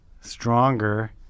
stronger